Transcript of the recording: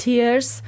Tears